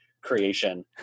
creation